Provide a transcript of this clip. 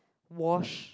wash